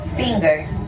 fingers